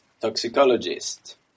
toxicologist